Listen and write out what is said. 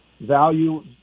value